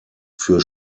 für